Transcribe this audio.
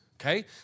okay